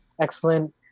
Excellent